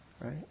Right